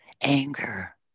anger